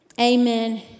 Amen